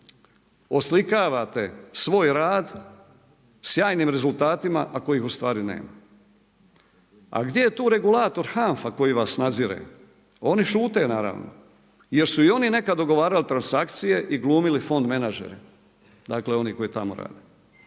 oslikavate svoj rad, sjajnim rezultatima a kojih ustvari nema. A gdje je tu regulator HANFA koji vas nadzire? Oni šute naravno. jer su i oni nekad dogovarali transakcije i glumili fond menadžera. Dakle, oni koji tamo rade.